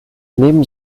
neben